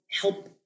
help